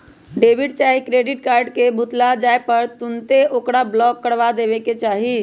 debit चाहे credit card के भुतला जाय पर तुन्ते ओकरा ब्लॉक करबा देबेके चाहि